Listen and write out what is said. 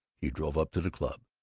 he drove up to the club.